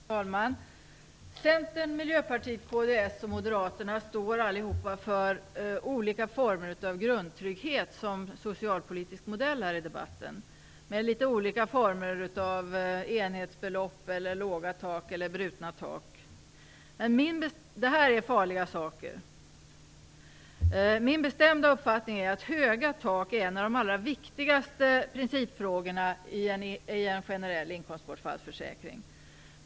Fru talman! Centern, Miljöpartiet, kds och Moderaterna står för olika typer av grundtrygghet som socialpolitisk modell, med litet olika former av enhetsbelopp, låga tak eller brutna tak. Det är farliga saker. Min bestämda uppfattning är att höga tak är en av de allra viktigaste principerna i en generell inkomstbortfallsförsäkring.